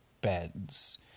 beds